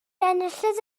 enillydd